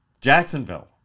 Jacksonville